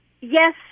yes